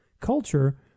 culture